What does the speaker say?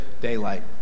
daylight